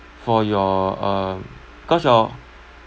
for your um cause your